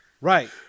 Right